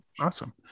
awesome